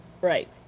Right